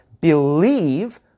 believe